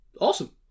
Awesome